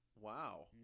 Wow